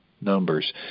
numbers